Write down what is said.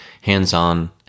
hands-on